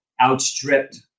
outstripped